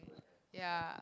ya